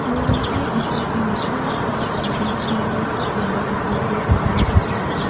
មួយវិញទៀតម្ចាស់កម្មវិធីគឺ ត្រូវអញ្ជើញភ្ញៀវចូលតុ ដើម្បីទទួលទានអាហារផងដែរ។